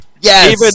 Yes